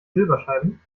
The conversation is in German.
silberscheiben